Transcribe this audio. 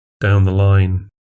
down-the-line